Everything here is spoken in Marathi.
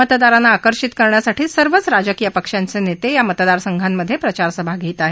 मतदारांना आकर्षित करण्यासाठी सर्वच राजकीय पक्षांचे नेते या मतदारसंघांमधे प्रचारसभा घेत आहेत